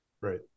Right